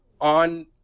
on